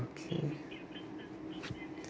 okay